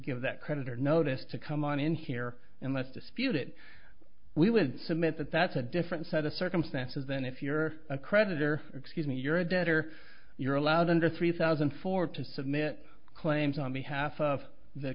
give that creditor notice to come on in here unless dispute it we would submit that that's a different set of circumstances than if you're a creditor excuse me you're a debtor you're allowed under three thousand and four to submit claims on behalf of the